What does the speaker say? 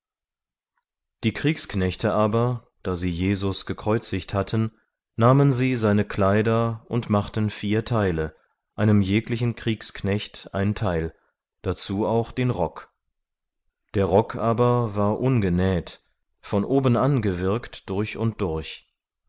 die kriegsknechte aber da sie jesus gekreuzigt hatten nahmen sie seine kleider und machten vier teile einem jeglichen kriegsknecht ein teil dazu auch den rock der rock aber war ungenäht von obenan gewirkt durch und durch